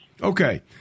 Okay